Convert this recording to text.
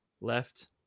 left